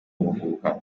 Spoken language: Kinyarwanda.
ubuhuha